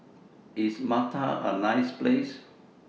IS Malta A nice Place